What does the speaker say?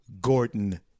Gordon